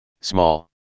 small